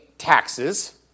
taxes